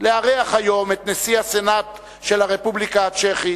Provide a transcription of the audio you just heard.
לארח היום את נשיא הסנאט של הרפובליקה הצ'כית,